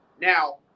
Now